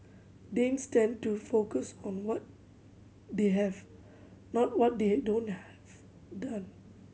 Danes tend to focus on what they have not what they don't have done